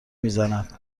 میزند